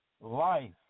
life